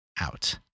Out